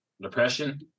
Depression